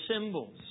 symbols